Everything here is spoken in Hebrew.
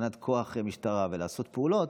מבחינת כוח משטרה, ולעשות פעולות,